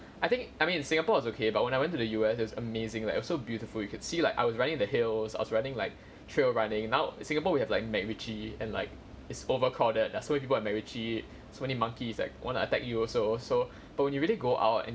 I think I mean in singapore is okay but when I went to the U_S it was amazing like so beautiful you could see like I was running in the hills I was running like trail running now in singapore we have like macritchie and like it's overcrowded there's so many people at macritchie so many monkeys like wanna attack you also so but when you really go out